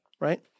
right